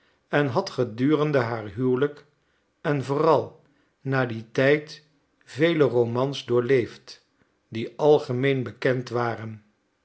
en had gedurende haar huwelijk en vooral na dien tijd vele romans doorleefd die algemeen bekend waren